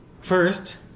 First